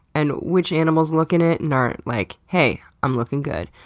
and which animals look in it and are like, hey. i'm looking good,